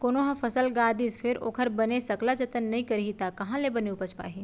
कोनो ह फसल गा दिस फेर ओखर बने सकला जतन नइ करही त काँहा ले बने उपज पाही